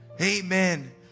Amen